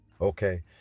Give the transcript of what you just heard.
Okay